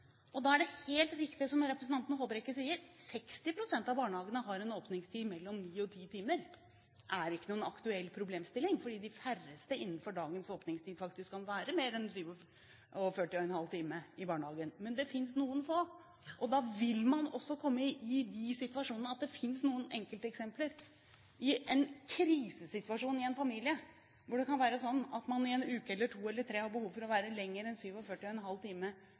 Da er det er helt riktig som representanten Håbrekke sier, at 60 pst. av barnehagene har en åpningstid på mellom ni og ti timer, er ikke noen aktuell problemstilling, fordi de færreste faktisk kan være mer enn 47,5 timer i barnehagen innenfor dagens åpningstid. Men det finnes noen få, og da vil man også komme i de situasjonene at det finnes noen enkelteksempler i en krisesituasjon i en familie, hvor det kan være sånn at man i en uke eller to eller tre har behov for å være lenger enn 47,5 timer i barnehagen. Det har Kristelig Folkeparti forbudt, og